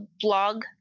blog